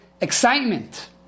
excitement